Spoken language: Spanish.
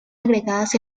agregadas